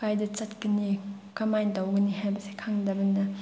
ꯀꯥꯏꯗ ꯆꯠꯀꯅꯤ ꯀꯃꯥꯏꯅ ꯇꯧꯒꯅꯤ ꯍꯥꯏꯕꯁꯦ ꯈꯪꯗꯕꯅ